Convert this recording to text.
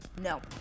No